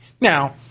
Now